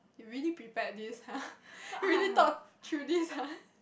really prepared this [huh] you really thought through this [huh]